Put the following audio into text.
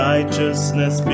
righteousness